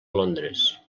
londres